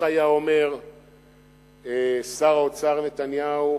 איך היה אומר שר האוצר נתניהו,